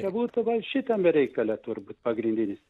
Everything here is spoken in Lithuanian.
tai būtų gal šitame reikale turbūt pagrindinis